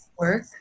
Work